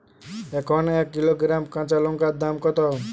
এখন এক কিলোগ্রাম কাঁচা লঙ্কার দাম কত?